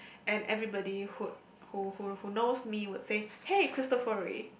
and everybody would who who knows me would say hey cristofori